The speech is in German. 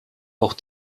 auch